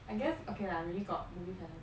I guess okay lah maybe got movie can